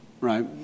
right